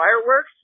fireworks